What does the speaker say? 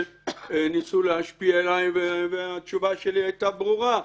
שניסו להשפיע עליי והתשובה שלי הייתה ברורה.